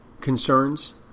concerns